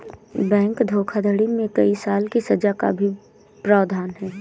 bank धोखाधड़ी में कई साल की सज़ा का भी प्रावधान है